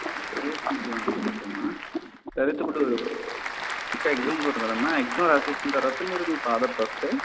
okay కొంచెం okay అమ్మా సరే అయితే ఇప్పుడు ఇంకా ఎగ్జామ్ ఉంటుంది కదమ్మా ఎగ్జామ్ రాసేసిన తరువాత మీరు మీ ఫాదర్తో వస్తే